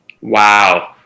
Wow